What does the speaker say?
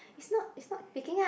it's not it's not picking up